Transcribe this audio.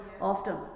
often